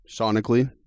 Sonically